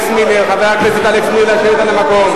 קודם כול, אני רוצה הערה לסדר, אפשר?